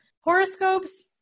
Horoscopes